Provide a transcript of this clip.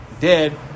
dead